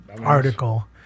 article